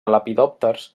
lepidòpters